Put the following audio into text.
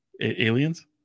Aliens